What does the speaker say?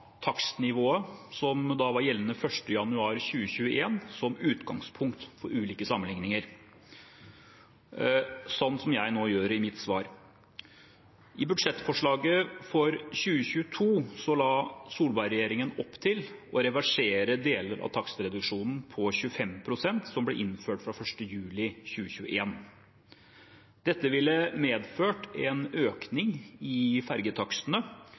takstnivået som var gjeldende 1. januar 2021, som utgangspunkt for ulike sammenligninger, slik jeg nå gjør i mitt svar. I budsjettforslaget for 2022 la Solberg-regjeringen opp til å reversere deler av takstreduksjonen på 25 pst., som ble innført fra 1. juli 2021. Dette ville medført en økning i